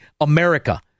America